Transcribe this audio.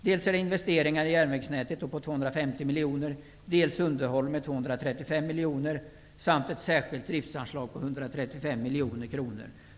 Dels är det investeringar i järnvägsnätet med 250 miljoner, dels underhåll med 235 miljoner samt ett särskilt driftsanslag om 135 miljoner kronor.